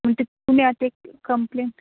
म्हणटता तुमी आतां एक कंप्लेन